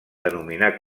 denominar